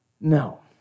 No